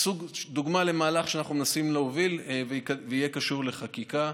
זו דוגמה למהלך שאנחנו מנסים להוביל ויהיה קשור לחקיקה.